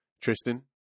Tristan